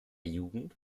jugend